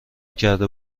کرده